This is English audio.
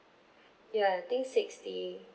ya I think sixty